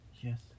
Yes